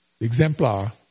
exemplar